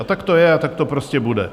A tak to je a tak to prostě bude.